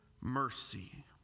mercy